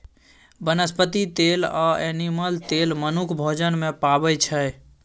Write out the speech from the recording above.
बनस्पति तेल आ एनिमल तेल मनुख भोजन मे पाबै छै